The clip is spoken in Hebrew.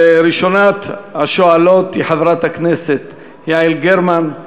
ראשונת השואלות היא חברת הכנסת יעל גרמן,